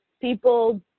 people